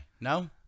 No